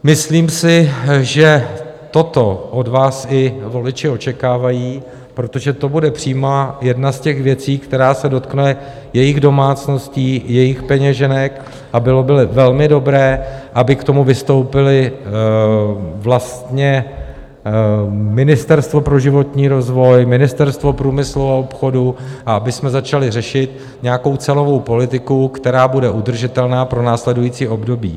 Myslím si, že toto od vás i voliči očekávají, protože to bude přímo jedna z věcí, která se dotkne jejich domácností, jejich peněženek, a bylo by velmi dobré, aby k tomu vystoupilo Ministerstvo pro životní rozvoj, Ministerstvo průmyslu a obchodu a abychom začali řešit nějakou cenovou politiku, která bude udržitelná pro následující období.